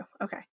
Okay